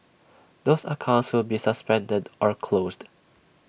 those accounts will be suspended or closed